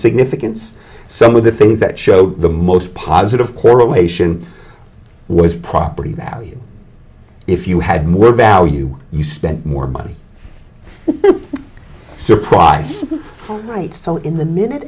significance some of the things that showed the most positive correlation was property value if you had more value you spent more money surprise right so in the mi